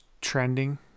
trending